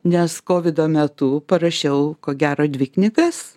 nes kovido metu parašiau ko gero dvi knygas